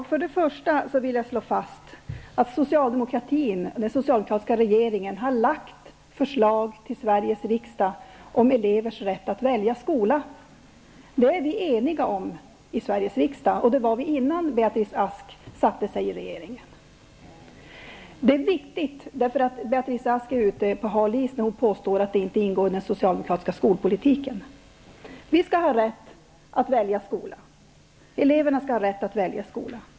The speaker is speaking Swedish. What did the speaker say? Herr talman! Först och främst vill jag slå fast att den socialdemokratiska regeringen har lagt fram förslag till Sveriges riksdag om elevers rätt att välja skola. Det är vi eniga om i Sveriges riksdag, och det var vi innan Beatrice Ask satte sig i regeringen. Det är viktigt; Beatrice Ask är ute på hal is när hon påstår att det inte ingår i den socialdemokratiska skolpolitiken. Eleverna skall ha rätt att välja skola.